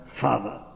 Father